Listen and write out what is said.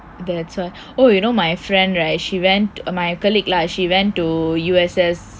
that's why oh you know my friend right she went err my colleague lah she went to U_S_S